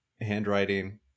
handwriting